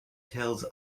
tells